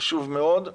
זה חשוב מאוד,